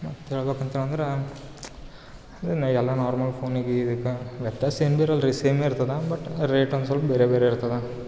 ಮತ್ತು ಹೇಳ್ಬೇಕಂತೇಳಿ ಅಂದ್ರೆ ಇನ್ನು ಎಲ್ಲ ನಾರ್ಮಲ್ ಫೋನಿಗೆ ಇದಕ್ಕೆ ವ್ಯತ್ಯಾಸ ಏನು ಬಿ ಇರಲ್ಲ ರೀ ಸೇಮ್ ಇರ್ತದೆ ಬಟ್ ರೇಟ್ ಒಂದು ಸ್ವಲ್ಪ್ ಬೇರೆ ಬೇರೆ ಇರ್ತದೆ